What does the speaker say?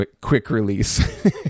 quick-release